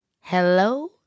Hello